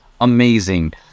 amazing